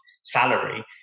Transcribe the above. salary